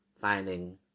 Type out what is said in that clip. finding